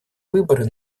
выборы